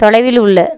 தொலைவில் உள்ள